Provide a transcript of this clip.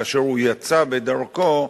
כאשר הוא יצא בדרכו,